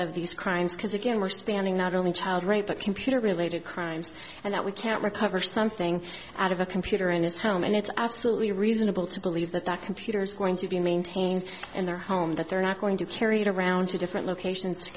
of these crimes because again we're spanning not only child rape but computer related crimes and that we can't recover something out of a computer in his home and it's absolutely reasonable to believe that that computers are going to be maintained in their home that they're not going to carry it around to different locations to